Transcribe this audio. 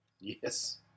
Yes